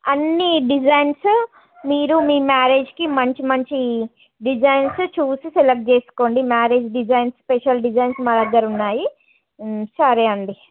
అన్ని డిజైన్సు మీరు మీ మ్యారేజ్కి మంచి మంచి డిజైన్స్ చూసి సెలెక్ట్ చేసుకోండి మ్యారేజ్ డిజైన్స్ స్పెషల్ డిజైన్స్ మా దగ్గర ఉన్నాయి సరే అండి